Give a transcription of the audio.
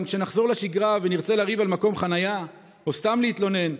גם כשנחזור לשגרה ונרצה לריב על מקום חניה או סתם להתלונן,